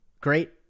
Great